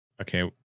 okay